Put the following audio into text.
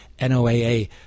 NOAA